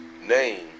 name